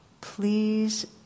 please